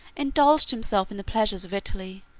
indulged himself in the pleasures of italy,